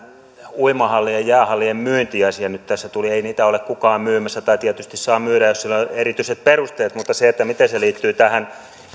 uimahallien ja jäähallien myyntiasia ei niitä ole kukaan myymässä tai tietysti saa myydä jos sille on erityiset perusteet mutta miten se liittyy tähän